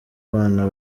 bana